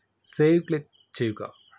save click ചെയ്യുക